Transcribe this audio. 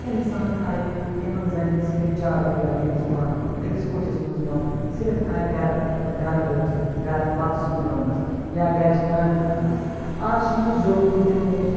اِنسان تھایہِ یِمَن زَنٮ۪ن صرف چار دِواری منٛز بنٛد أکِس کُٹھِس منٛز بںٛد صرف تھایَکھ گَرٕ گَرٕ رٲچھ گَرٕ بَتہٕ سیُن رَننَس یا گَرِچہِ کامہِ کَرنَس آز چھِ یہِ ضٔروٗری یِمَن گوٚژھ